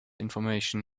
information